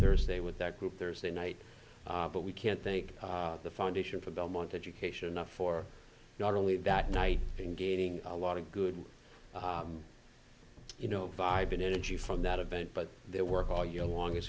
thursday with that group thursday night but we can't think the foundation for belmont education a for not only that night and gaining a lot of good you know vibe and energy from that event but their work all year long i